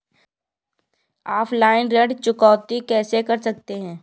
Offline ऋण चुकौती कैसे करते हैं?